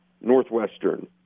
Northwestern